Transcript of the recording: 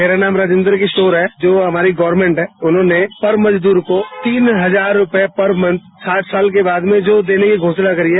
मेरा नाम राजेन्द्र किशोर है जो हमारी गवर्मेट है उन्होंने पर मजदूर को तीन हजार रूपये पर मंथ साठ साल के बाद में जो देने की घोषणा की है